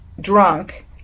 drunk